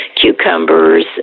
cucumbers